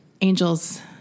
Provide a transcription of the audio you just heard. Angels